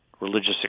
religious